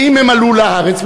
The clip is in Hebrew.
ואם הם עלו לארץ,